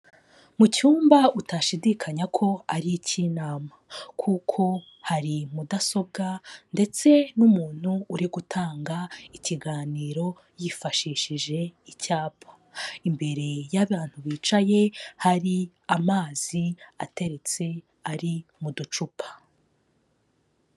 Mu cyumba utashidikanya ko ari icy'inama, kuko hari mudasobwa ndetse n'umuntu uri gutanga ikiganiro yifashishije icyapa. Imbere y'abantu bicaye hari amazi ateretse, ari mu ducupa.